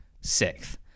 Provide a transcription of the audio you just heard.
sixth